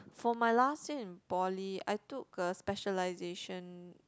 for my last year in poly I took a specialisation